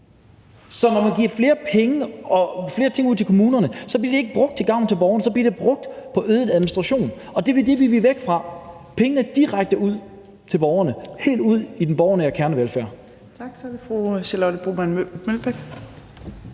Så når man giver flere penge og flere ting ud til kommunerne, bliver de ikke brugt til gavn for borgerne, så bliver de brugt på øget administration. Det er det, vi vil væk fra. Vi vil have pengene direkte ud til borgerne, helt ud i den borgernære kernevelfærd. Kl. 15:59 Fjerde næstformand (Trine